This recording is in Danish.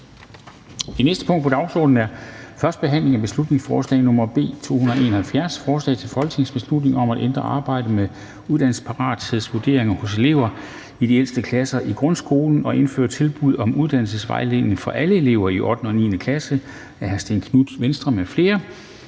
næste punkt på dagsordenen er: 7) 1. behandling af beslutningsforslag nr. B 271: Forslag til folketingsbeslutning om at ændre arbejdet med uddannelsesparathedsvurderingen hos elever i de ældste klasser i grundskolen og at indføre tilbud om uddannelsesvejledning til alle elever i 8. og 9. klasse. Af Stén Knuth (V) m.fl.